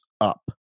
up